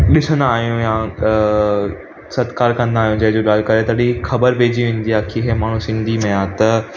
ॾिसंदा आहियूं या सतकार कंदा आहियूं जय झूलेलाल करे तॾहिं ख़बर पइजी वेंदी आहे की इहो माण्हू सिंधी में आहे त